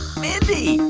mindy.